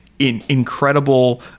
incredible